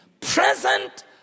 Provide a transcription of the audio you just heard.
present